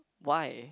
why